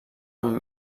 amb